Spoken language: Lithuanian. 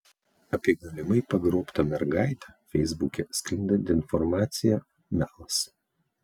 apie galimai pagrobtą mergaitę feisbuke sklindanti informacija melas